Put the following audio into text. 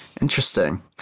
Interesting